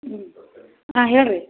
ಹ್ಞೂ ಹಾಂ ಹೇಳ್ರಿ